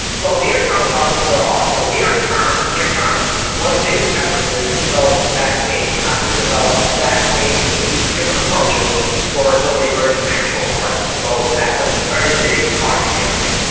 so near-term targets, there are. so near-term, one of the biggest efforts is is developing vaccines, how can we develop vaccines using different approaches for some of the emerging natural threats? so that's a very big target area.